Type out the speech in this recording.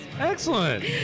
Excellent